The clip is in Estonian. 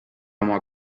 oma